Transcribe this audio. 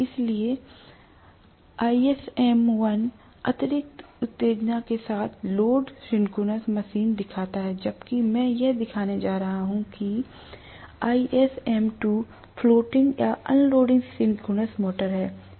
इसलिए ISM1 अतिरिक्त उत्तेजना के साथ लोड सिंक्रोनस मोटर दिखाता है जबकि मैं यहां दिखाने जा रहा हूं ISM2 फ्लोटिंग या अनलोडेड सिंक्रोनस मोटर है